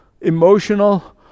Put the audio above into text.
emotional